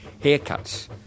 haircuts